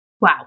Wow